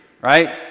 right